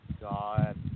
God